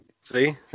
See